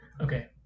Okay